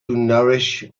nourish